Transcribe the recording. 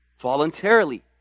voluntarily